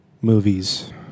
movies